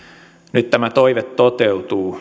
nyt tämä toive toteutuu